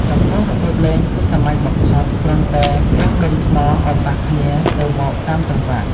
ចំពោះរបៀបលេងគឺសាមញ្ញបំផុត គ្រាន់តែគោះដុំថ្មឲ្យប៉ះគ្នាទៅមកតាមចង្វាក់។